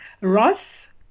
ross